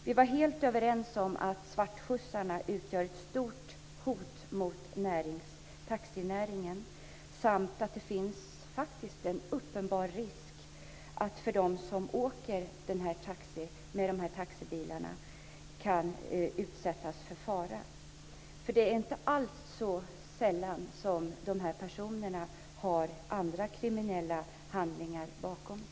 Vi var helt överens om att svartskjutsarna utgör ett stort hot mot taxinäringen liksom om att det finns en uppenbar risk för att de som åker med svarttaxibilar kan utsättas för fara. Inte sällan har svartskjutsarna utfört också andra kriminella handlingar.